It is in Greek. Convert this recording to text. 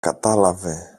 κατάλαβε